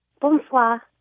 Bonsoir